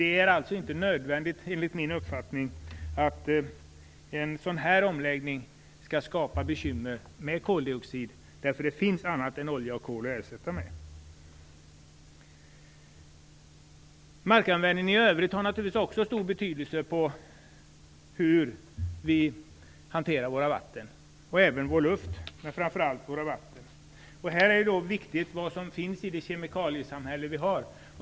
Det är alltså inte nödvändigt, enligt min uppfattning, att en sådan här omläggning skall skapa bekymmer med koldioxid, därför att det finns annat än olja och kol att ersätta med. Markanvändningen i övrigt har också stor betydelse för hur vi hanterar framför allt våra vatten men även vår luft. Här är det viktigt vad som finns i det kemikaliesamhälle vi har.